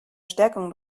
stärkung